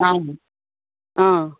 অঁ অঁ